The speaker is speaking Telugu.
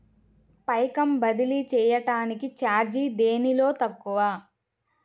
పైకం బదిలీ చెయ్యటానికి చార్జీ దేనిలో తక్కువ?